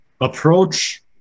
Approach